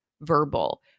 verbal